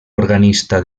organista